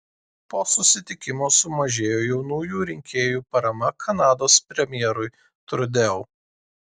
po susitikimo sumažėjo jaunųjų rinkėjų parama kanados premjerui trudeau